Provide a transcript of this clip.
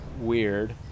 weird